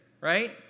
right